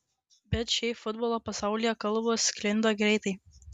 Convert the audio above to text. bet šiaip futbolo pasaulyje kalbos sklinda greitai